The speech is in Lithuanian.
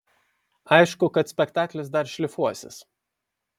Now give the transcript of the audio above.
aišku kad spektaklis dar šlifuosis